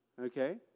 Okay